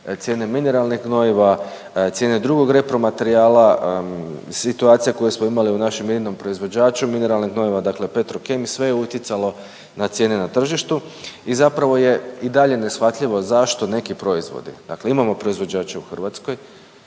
cijene mineralnih gnojiva, cijene drugog repromaterijala, situacija koju smo imali u našem jedinom proizvođaču mineralnih gnojiva dakle Petrokemiji sve je utjecalo na cijene na tržištu i zapravo je i dalje neshvatljivo zašto neki proizvodi, dakle imamo proizvođača u Hrvatskoj